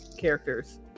characters